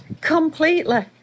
completely